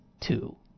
two